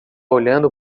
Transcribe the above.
olhando